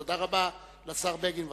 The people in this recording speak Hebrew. תודה רבה לשר בגין.